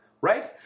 right